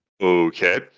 okay